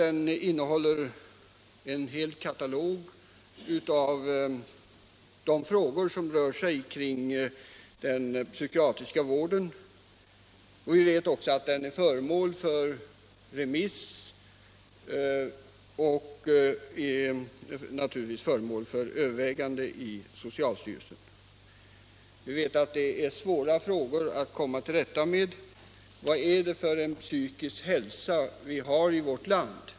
Den innehåller en hel katalog av de frågor som rör den psykiatriska vården, och den är föremål för remiss och övervägande i socialstyrelsen. Vi vet att det är svåra frågor att komma till rätta med. Vad är det för psykisk hälsa vi har i vårt land?